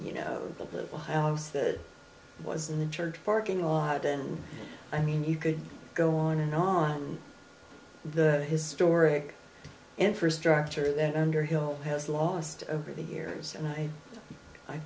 house that was in the church parking lot and i mean you could go on and on the historic infrastructure that underhill has lost over the years and i